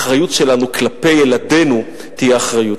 האחריות שלנו כלפי ילדינו תהיה אחריות.